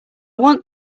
want